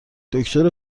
دکتر